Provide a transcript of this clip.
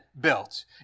built